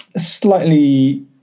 slightly